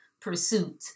pursuit